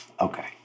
Okay